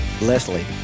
Leslie